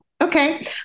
Okay